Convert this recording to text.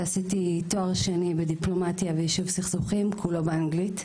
ועשיתי תואר שני בדיפלומטיה ויישוב סכסוכים שכולו באנגלית,